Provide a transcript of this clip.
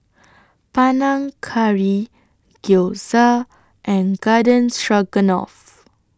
Panang Curry Gyoza and Garden Stroganoff